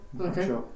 Okay